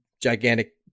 gigantic